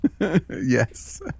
yes